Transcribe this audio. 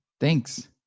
Thanks